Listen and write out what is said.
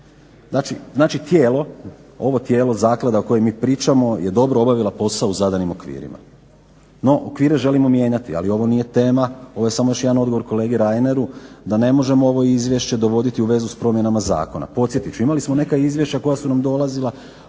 Znači, tijelo, ovo tijelo, zaklada o kojoj mi pričamo je dobro obavila podao u zadanim okvirima. No, okvire želimo mijenjati, ali ovo nije tema. Ovo je još samo jedan odgovor kolegi Reineru da ne možemo ovo izvješće dovoditi u vezu s promjenama zakona. Podsjetit ću imali smo neka izvješća koja su nam dolazila